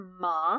ma